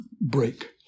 break